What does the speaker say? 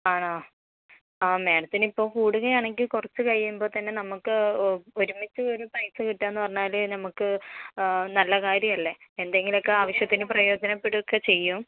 ആണോ ആ മാഡത്തിന് ഇപ്പോൾ കൂടുക ആണെങ്കിൽ കുറച്ച് കഴിയുമ്പോൾ തന്നെ നമുക്ക് ഒരുമിച്ച് ഒരു പൈസ കിട്ടുന്ന് പറഞ്ഞാൽ നമുക്ക് നല്ല കാര്യമല്ലേ എന്തെങ്കിലൊക്കെ ആവശ്യത്തിന് പ്രയോജനപ്പെടും ഒക്കെ ചെയ്യും